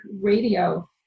Radio